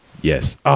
Yes